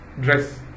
dress